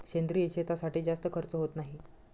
सेंद्रिय शेतीसाठी जास्त खर्च होत नाही